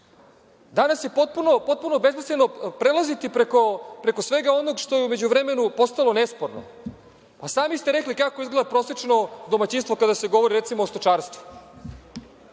danas je potpuno besmisleno prelaziti preko svega onog što je u međuvremenu postalo nesporno. Pa, sami ste rekli kako izgleda prosečno domaćinstvo kada se govori, recimo, o stočarstvu.